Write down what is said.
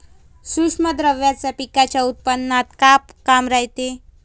सूक्ष्म द्रव्याचं पिकाच्या उत्पन्नात का काम रायते?